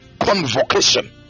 convocation